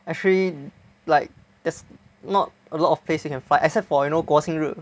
actually like there's not a lot of places you can fly except for you know 国庆日